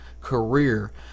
career